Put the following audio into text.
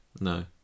No